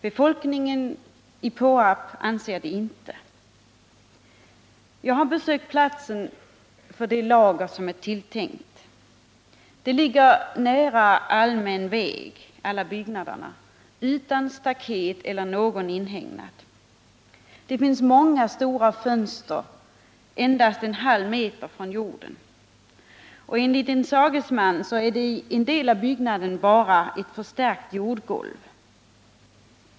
Befolkningen i Påarp anser det inte. Jag har besökt platsen för det tilltänkta lagret. Alla byggnader ligger nära allmän väg, och de är utan staket eller annan inhägnad. Byggnaderna har många stora fönster endast en halv meter från marken. Enligt en sagesman har en del av byggnaderna bara förstärkta jordgolv.